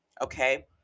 okay